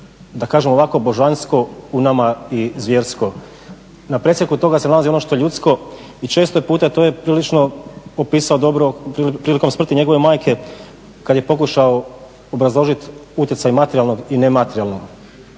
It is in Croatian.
da kažem ovako božansko u nama i zvjersko. Na presjeku toga se nalazi ono što je ljudsko i često puta to je prilično dobro opisao prilikom smrti njegove majke kada je pokušao obrazložiti utjecaj materijalnog i nematerijalnog.